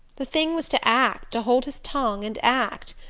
the thing was to act to hold his tongue and act.